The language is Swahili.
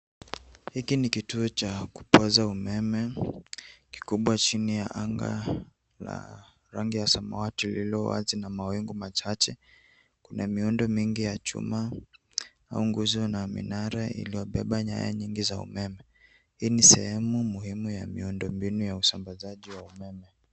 Hiki ni kituo cha kupoza umeme kikubwa chini ya anga la rangi ya samawati lililo na mawingu machache. Kuna miundo mingi ya chuma au nguzo na minara iliyobeba nyaya nyingi za umeme. Hii ni sehemu muhimu ya usambazaji wa umeme.